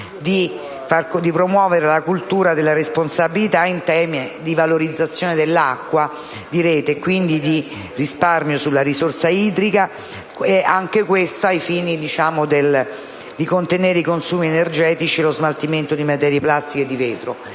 di promuovere la cultura della responsabilità in tema di valorizzazione dell'acqua di rete, quindi di risparmio della risorsa idrica, anche ai fini di contenere i consumi energetici e lo smaltimento di materie plastiche e di vetro.